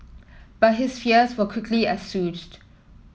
but his fears were quickly assuaged